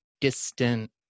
distant